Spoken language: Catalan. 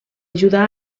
ajudar